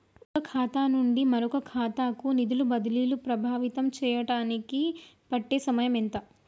ఒక ఖాతా నుండి మరొక ఖాతా కు నిధులు బదిలీలు ప్రభావితం చేయటానికి పట్టే సమయం ఎంత?